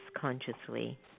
consciously